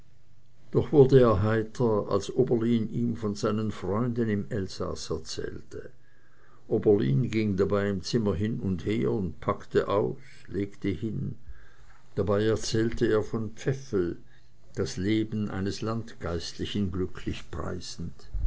doch wurde er heiter als oberlin ihm von seinen freunden im elsaß erzählte oberlin ging dabei im zimmer hin und her und packte aus legte hin dabei erzählte er von pfeffel das leben eines landgeistlichen glücklich preisend